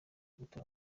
gutura